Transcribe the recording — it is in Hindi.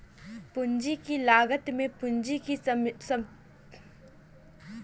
पूंजी की लागत में पूंजी से समतुल्य जोखिम के निवेश में अर्जित करने की अपेक्षा होती है